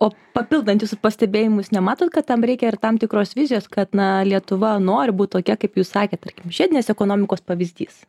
o papildant jūsų pastebėjimus nematot kad tam reikia ir tam tikros vizijos kad na lietuva nori būt tokia kaip jūs sakėt žiedinės ekonomikos pavyzdys